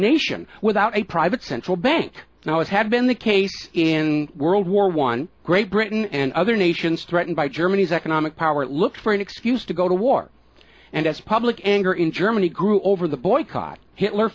nation without a private central bank now it had been the case in world war one great britain and other nations threatened by germany's economic power look for an excuse to go to war and as public anger in germany grew over the boycott hitler